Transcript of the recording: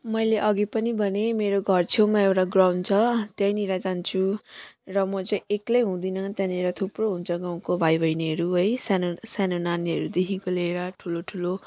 मैले अघि पनि भनेँ मेरो घरछेउमा एउटा ग्राउन्ड छ त्यहीँनिर जान्छु र म चाहिँ एक्लै हुँदिनँ त्यहाँनिर थुप्रो हुन्छ गाउँको भाइबहिनीहरू है सानो सानो नानीहरूदेखिको लिएर ठुलो ठुलो